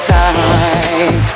time